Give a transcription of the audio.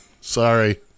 Sorry